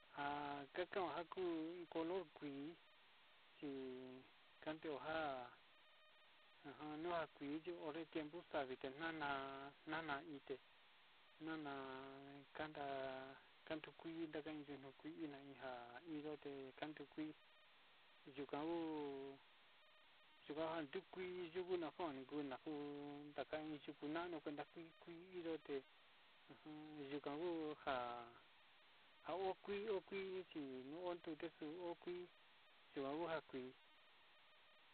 Nja kakaon njan kuu color kuii chi kandeo njan nja color kui chi onre tiempo, kuu savi te nana, nana ite nana kanda kuii yuu kuina hi nja yote kando kuii yuu ka'a uu yukanduu kui yuu kuna kuan kuina kuu inda kain yuku nanu kuenda kui kui yote ajan yuka oka okuii okuii, chii non ndute xo'o ho yuu kuii yuka onja kuii.